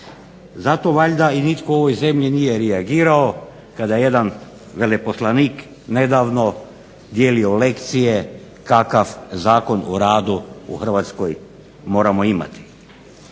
Zato valjda i nitko u ovoj zemlji nije reagirao kada je jedan veleposlanik nedavno dijelio lekcije kakav Zakon o radu u Hrvatskoj moramo imati.